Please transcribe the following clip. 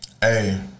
Hey